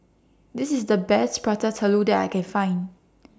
This IS The Best Prata Telur that I Can Find